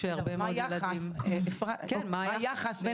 מה היחס?